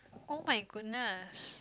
[oh]-my-goodness